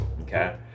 Okay